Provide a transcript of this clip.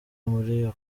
muri